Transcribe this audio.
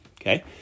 okay